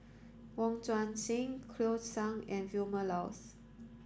Wong Tuang Seng Cleo Thang and Vilma Laus